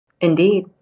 Indeed